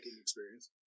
Experience